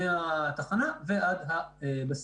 מהתחנה ועד הבסיס.